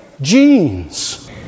genes